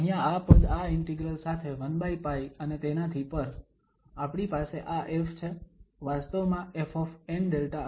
અહીંયા આ પદ આ ઇન્ટિગ્રલ સાથે 1π અને તેનાથી પર આપણી પાસે આ F છે વાસ્તવમાં FnΔα